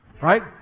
Right